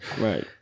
Right